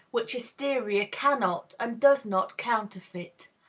which hysteria cannot and does not counterfeit.